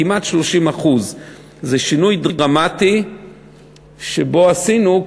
כמעט 30%. זה שינוי דרמטי שעשינו,